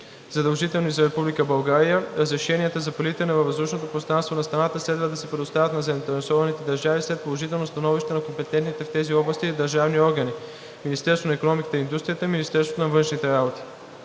задължителни за Република България, разрешенията за прелитане във въздушното пространство на страната следва да се предоставят на заинтересованите държави след положително становище на компетентните в тези области държавни органи – Министерството на икономиката и индустрията и Министерството на външните работи.